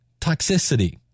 toxicity